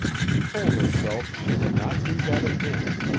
she told herself she would not do that again.